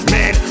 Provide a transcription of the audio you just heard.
Man